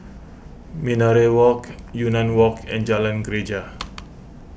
Minaret Walk Yunnan Walk and Jalan Greja